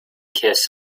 kiss